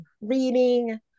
reading